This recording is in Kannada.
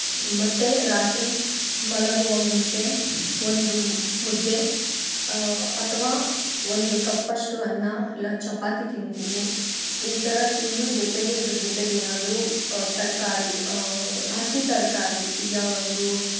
ಮತ್ತೆ ರಾತ್ರಿ ಮಲಗುವ ಮುಂಚೆ ಒಂದು ಮುದ್ದೆ ಅಥವಾ ಒಂದು ಕಪ್ಪಷ್ಟು ಅನ್ನ ಇಲ್ಲ ಚಪಾತಿ ತಿಂತೀನಿ ಈ ಥರ ತಿಂದು ಜೊತೆಗೆ ಇದ್ರ ಜೊತೆಗೆ ಏನಾದರೂ ತರಕಾರಿ ಹಸಿ ತರಕಾರಿ ಯಾವುದು